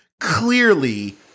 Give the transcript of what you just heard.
Clearly